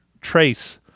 trace